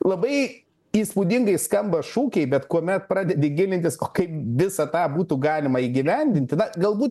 labai įspūdingai skamba šūkiai bet kuomet pradedi gilintis o kaip visą tą būtų galima įgyvendinti na galbūt